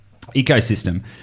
ecosystem